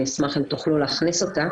אני אשמח אם תוכלו להכניס אותה.